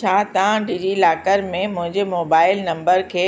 छा तव्हां डिजिलॉकर में मुंहिंजे मोबाइल नंबर खे